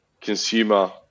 consumer